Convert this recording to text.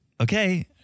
okay